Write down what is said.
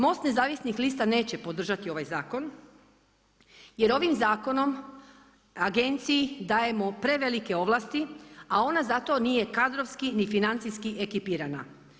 Most nezavisnih lista neće podržati ovaj zakon jer ovim zakonom Agenciji dajemo prevelike ovlasti a ona za to nije kadrovski ni financijski ekipirana.